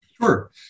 Sure